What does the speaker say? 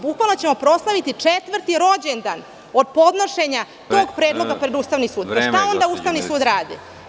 Bukvalno ćemo proslaviti četvrti rođendan od podnošenja tog predloga pred Ustavni sud. (Predsedavajući: Vreme.) Šta onda Ustavni sud radi?